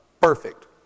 perfect